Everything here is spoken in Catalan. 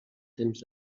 temps